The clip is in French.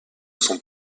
sont